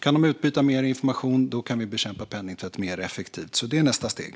Kan de utbyta mer information kan vi bekämpa penningtvätt mer effektivt, så det är nästa steg.